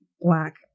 black